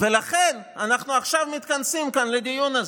ולכן אנחנו עכשיו מתכנסים כאן לדיון הזה.